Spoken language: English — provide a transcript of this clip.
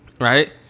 right